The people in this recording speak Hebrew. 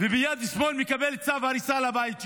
וביד שמאל מקבל צו הריסה לבית שלו.